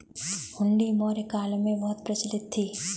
हुंडी मौर्य काल में बहुत प्रचलित थी